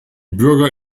bürger